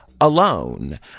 alone